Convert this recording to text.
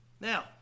Now